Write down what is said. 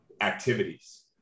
activities